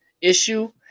issue